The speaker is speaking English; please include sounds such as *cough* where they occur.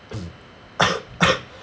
*noise* *coughs*